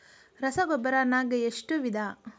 ರಸಗೊಬ್ಬರ ನಾಗ್ ಎಷ್ಟು ವಿಧ?